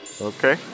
okay